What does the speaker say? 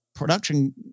production